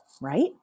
right